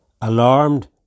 alarmed